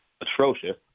atrocious